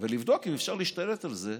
ולבדוק אם אפשר להשתלט על זה,